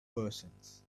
persons